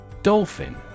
Dolphin